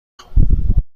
خوام